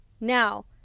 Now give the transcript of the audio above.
Now